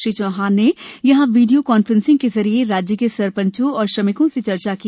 श्री चौहान ने यहां video conferencing के जरिए राज्य के सरपंचों और श्रमिकों से चर्चा की